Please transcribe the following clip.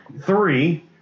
Three